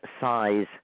size